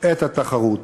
את התחרות.